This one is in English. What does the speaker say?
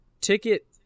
Ticket